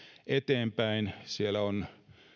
eteenpäin siellä on